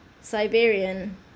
siberian